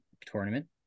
tournament